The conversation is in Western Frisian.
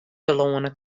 telâne